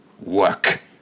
work